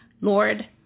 Lord